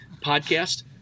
Podcast